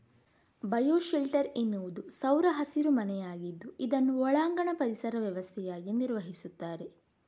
bio shelter ಎನ್ನುವುದು ಸೌರ ಹಸಿರು ಮನೆಯಾಗಿದ್ದು ಇದನ್ನು ಒಳಾಂಗಣ ಪರಿಸರ ವ್ಯವಸ್ಥೆಯಾಗಿ ನಿರ್ವಹಿಸ್ತಾರೆ